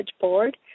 board